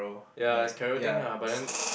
ya it's carroting ah but then